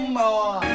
more